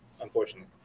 unfortunately